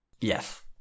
Yes